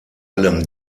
allem